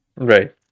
Right